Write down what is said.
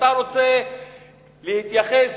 שאתה רוצה להתייחס